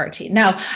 Now